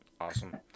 Awesome